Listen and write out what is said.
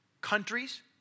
countries